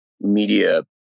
media